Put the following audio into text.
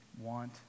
want